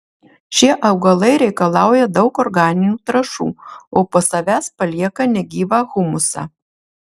šie augalai reikalauja daug organinių trąšų o po savęs palieka negyvą humusą